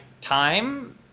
time